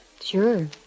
Sure